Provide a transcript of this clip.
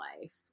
life